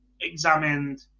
examined